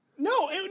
No